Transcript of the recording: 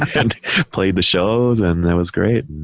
and played the shows and it was great. and